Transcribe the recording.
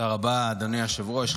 תודה רבה, אדוני היושב-ראש.